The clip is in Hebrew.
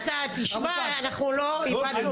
תשמע, אנחנו איבדנו אותך.